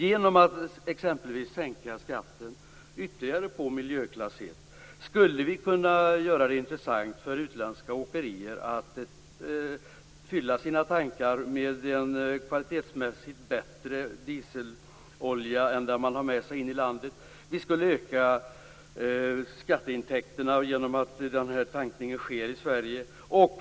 Genom att exempelvis ytterligare sänka skatten på miljöklass 1 skulle vi kunna göra det intressant för utländska åkerier att fylla sina tankar med en kvalitetsmässigt bättre dieselolja än den de har med sig in i landet. Vi skulle öka skatteintäkterna genom att tankningen skedde i Sverige.